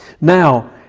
now